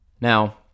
Now